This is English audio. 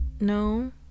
no